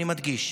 אני מדגיש,